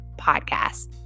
podcast